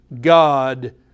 God